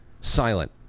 silent